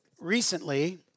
Recently